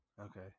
Okay